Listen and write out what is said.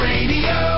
Radio